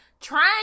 trying